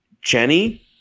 Jenny